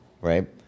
right